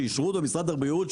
שאישרו אותו במשרד הבריאות,